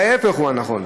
ההפך הוא הנכון: